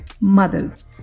mothers